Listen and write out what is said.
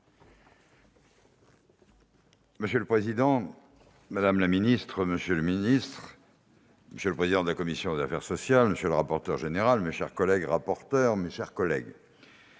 Monsieur le président, madame la ministre, monsieur le secrétaire d'État, monsieur le président de la commission des affaires sociales, monsieur le rapporteur général, mesdames, messieurs les rapporteurs, mes chers collègues,